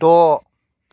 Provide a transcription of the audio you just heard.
द'